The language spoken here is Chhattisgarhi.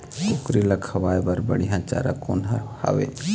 कुकरी ला खवाए बर बढीया चारा कोन हर हावे?